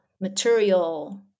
material